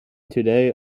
today